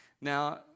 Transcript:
Now